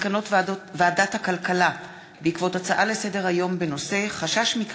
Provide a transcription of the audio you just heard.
מסקנות ועדת הכלכלה בעקבות דיון בהצעות לסדר-היום של חברי